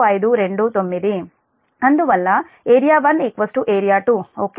అందువల్ల area 1 area 2 okay